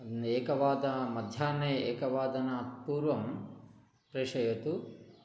एकवादने मध्याह्ने एकवादनात् पूर्वं प्रेषयतु